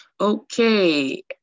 Okay